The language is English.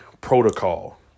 Protocol